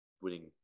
winning